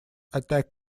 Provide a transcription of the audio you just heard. attack